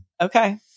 Okay